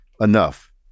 enough